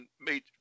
made –